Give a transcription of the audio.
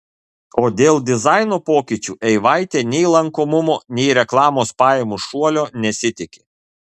o dėl dizaino pokyčių eivaitė nei lankomumo nei reklamos pajamų šuolio nesitiki